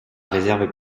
réserve